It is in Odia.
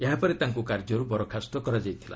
ଏହାପରେ ତାଙ୍କୁ କାର୍ଯ୍ୟରୁ ବରଖାସ୍ତ କରାଯାଇଥିଲା